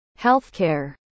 healthcare